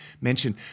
mentioned